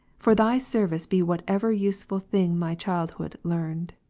for thy service be whatever useful thing my childhood learned